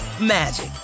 magic